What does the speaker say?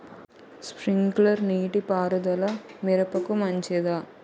Sprinkler నీటిపారుదల మిరపకు మంచిదా?